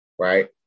Right